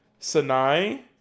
Sanai